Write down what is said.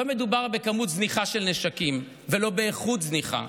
לא מדובר בכמות זניחה של נשקים ולא באיכות זניחה.